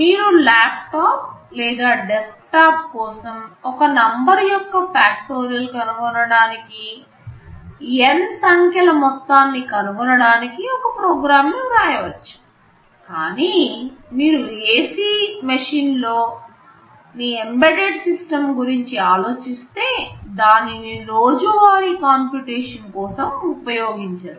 మీరు ల్యాప్టాప్ లేదా డెస్క్టాప్ కోసం ఒక నంబర్ యొక్క Factorial కనుగొనడానికి n సంఖ్యల మొత్తాన్ని కనుగొనడానికి ఒక ప్రోగ్రామ్ను వ్రాయవచ్చు కానీ మీరు ఏసీలో మెషిన్ లోని ఎంబెడెడ్ సిస్టమ్స్ గురించి ఆలోచిస్తే దానిని రోజువారి కంప్యుటేషన్ కోసము ఉపయోగించరు